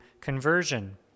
conversion